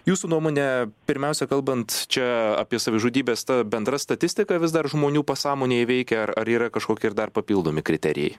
jūsų nuomone pirmiausia kalbant čia apie savižudybes ta bendra statistika vis dar žmonių pasąmonėj veikia ar ar yra kažkokie ir dar papildomi kriterijai